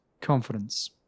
confidence